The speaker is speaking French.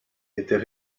était